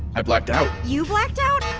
i blacked out you blacked out?